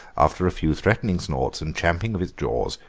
after a few threatening snorts and champings of its jaws,